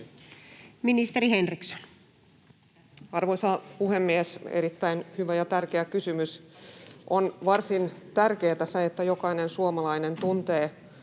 Ministeri Henriksson. Arvoisa puhemies! Erittäin hyvä ja tärkeä kysymys. On varsin tärkeätä, että jokainen suomalainen tuntee